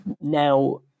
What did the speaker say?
Now